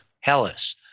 Hellas